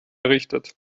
errichtet